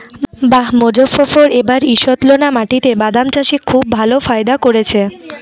বাঃ মোজফ্ফর এবার ঈষৎলোনা মাটিতে বাদাম চাষে খুব ভালো ফায়দা করেছে